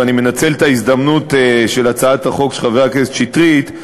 ואני מנצל את ההזדמנות של הצעת החוק של חבר הכנסת שטרית,